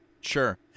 Sure